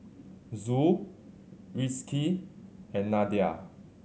Zul Rizqi and Nadia